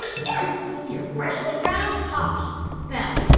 you know your freshly ground coffee smell